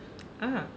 ah